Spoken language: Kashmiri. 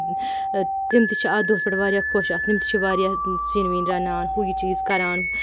تِم تہِ چھِ اَتھ دۄہس پٮ۪ٹھ واریاہ خۄش آسان تِم تہِ چھِ واریاہ سِنۍ وِنۍ رَنان ہُو یہِ چیٖز کَران